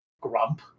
grump